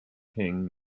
ping